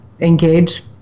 engage